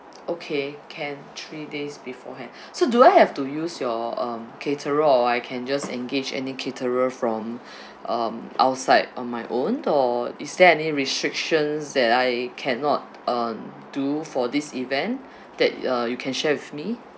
okay can three days beforehand so do I have to use your um caterer or I can just engage any caterer from um outside on my own or is there any restrictions that I cannot um do for this event that uh you can share with me